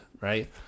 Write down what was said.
right